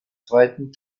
zweiten